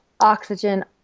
oxygen